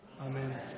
Amen